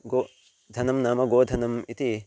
गोधनं नाम गोधनम् इति